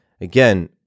again